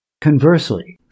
Conversely